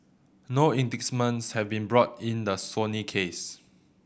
no indictments have been brought in the Sony case